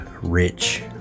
rich